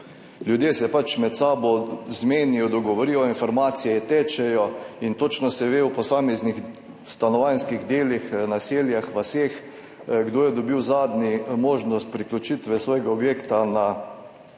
ljudje se pač med sabo zmenijo, dogovorijo, informacije tečejo in točno se v posameznih stanovanjskih delih, naseljih, vaseh ve, kdo je dobil zadnji možnost priključitve svojega objekta na to